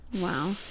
Wow